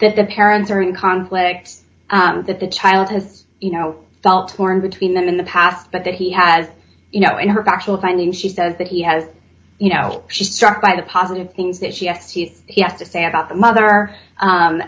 that the parents are in conflict and that the child has you know felt torn between them in the past but that he has you know in her factual findings she says that he has you know she struck by the positive things that she has yet to say about the mother